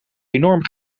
enorm